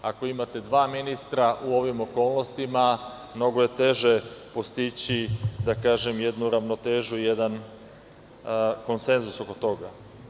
Ako imate dva ministra u ovim okolnostima, mnogo je teže postići jednu ravnotežu i jedan konsenzus oko toga.